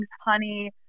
honey